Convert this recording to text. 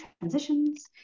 transitions